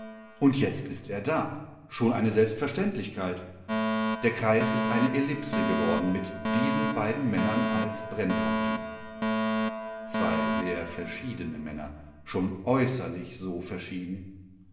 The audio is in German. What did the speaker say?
und jetzt ist er da schon eine selbstverständlichkeit der kreis ist eine elipse geworden mit diesen beiden männern als brennpunkten zwei sehr verschiedene männer schon äußerlich so verschieden